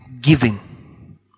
giving